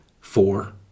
Four